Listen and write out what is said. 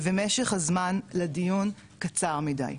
ומשך הזמן לדיון קצר מדיי.